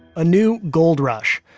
a new gold rush.